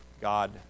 God